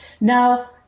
Now